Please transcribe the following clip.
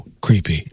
creepy